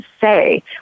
say